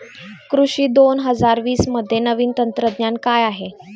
कृषी दोन हजार वीसमध्ये नवीन तंत्रज्ञान काय आहे?